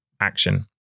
action